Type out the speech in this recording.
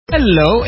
Hello